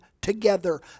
together